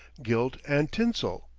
gilt, and tinsel.